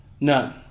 none